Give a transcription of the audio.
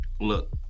look